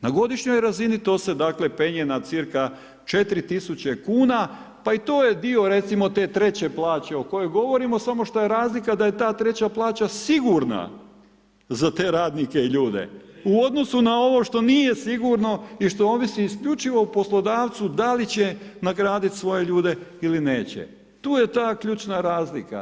Na godišnjoj razini to se dakle penje na cca 4.000 kuna pa i to je dio recimo te treće plaće o kojoj govorimo samo što je razlika da je ta treća plaća sigurna za te radnike i ljude u odnosu na ovo što nije sigurno i što ovisi isključivo o poslodavcu da li će nagradit svoje ljude ili neće, tu je ta ključna razlika.